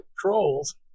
trolls